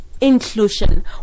inclusion